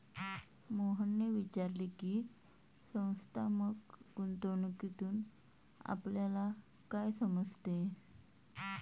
मोहनने विचारले की, संस्थात्मक गुंतवणूकीतून आपल्याला काय समजते?